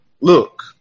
Look